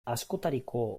askotariko